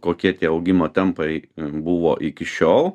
kokie tie augimo tempai buvo iki šiol